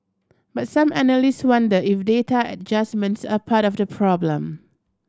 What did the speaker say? but some analysts wonder if data adjustments are part of the problem